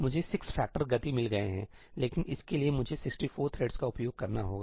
मुझे 6 फ़ैक्टरगति मिल गए हैं लेकिन इसके लिए मुझे 64 थ्रेड का उपयोग करना होगा